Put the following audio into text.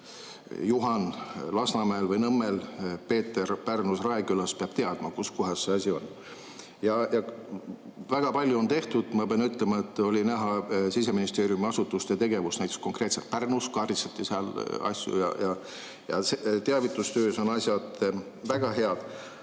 Juhan Lasnamäel või Nõmmel, Peeter Pärnus Raekülas peab teadma, kus kohas see asi on. Väga palju on tehtud, ma pean ütlema. On näha olnud Siseministeeriumi asutuste tegevus, näiteks konkreetselt Pärnus kaardistati asju. Ja teavitustöös on asjad väga head.